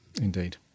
Indeed